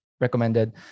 recommended